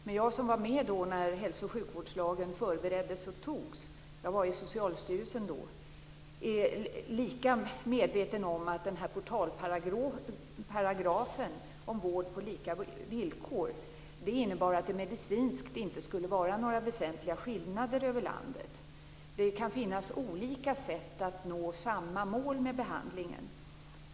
Men jag som var med när hälso och sjukvårdslagen förbereddes och antogs - jag var i Socialstyrelsen då - är lika medveten om att den här portalparagrafen om vård på lika villkor innebar att det inte skulle vara några väsentliga medicinska skillnader över landet. Det kan finnas olika sätt att behandla för att nå samma mål.